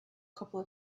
couple